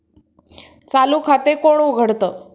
चालू खाते कोण उघडतं?